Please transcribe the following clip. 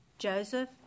Joseph